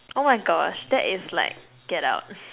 oh my gosh that is like get out